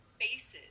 faces